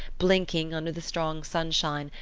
blinking under the strong sunshine,